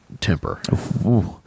temper